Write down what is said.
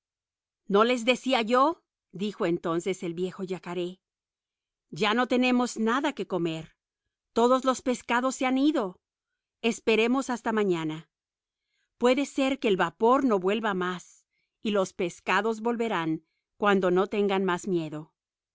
no les decía yo dijo entonces el viejo yacaré ya no tenemos nada que comer todos los peces se han ido esperemos hasta mañana puede ser que el vapor no vuelva más y los peces volverán cuando no tengan más miedo